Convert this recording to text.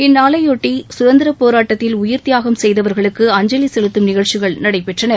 இந்நாளைபொட்டி சுதந்திர போராட்டத்தில் உயிர் தியாகம் செய்தவர்களுக்கு அஞ்சலி செலுத்தும் நிகழ்ச்சிகள் நடைபெற்றன